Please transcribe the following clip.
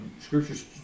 scriptures